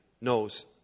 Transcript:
knows